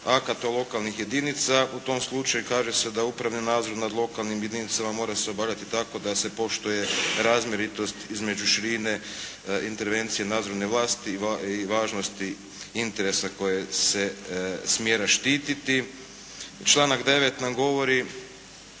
akata lokalnih jedinica u tom slučaju kaže se da upravni nadzor nad lokalnim jedinicama mora se obavljati tako da se poštuje razmjeritost između širine intervencije nadzorne vlasti i važnosti interesa koje se smjera štititi. Članak 9. nam govori